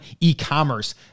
e-commerce